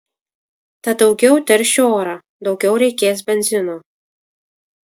tad daugiau teršiu orą daugiau reikės benzino